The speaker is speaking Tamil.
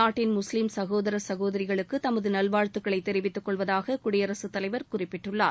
நாட்டின் முஸ்லிம் சகோதர சகோதரிக்கு தனது நல்வாழ்த்துகளை தெரிவித்துக்கொள்வதாக குடியரசுத் தலைவர் குறிப்பிட்டுள்ளார்